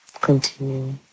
continue